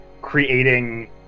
creating